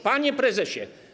Panie Prezesie!